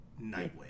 Nightwing